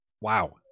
Wow